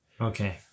Okay